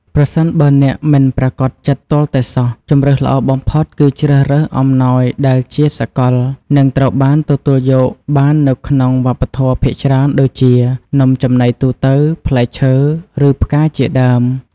ប្រសិនបើអ្នកមិនប្រាកដចិត្តទាល់តែសោះ ជម្រើសល្អបំផុតគឺជ្រើសរើសអំណោយដែលជាសកល និងត្រូវបានទទួលយកបាននៅក្នុងវប្បធម៌ភាគច្រើន ដូចជា នំចំណីទូទៅ ផ្លែឈើ ឬផ្កា ជាដើម។